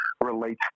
relates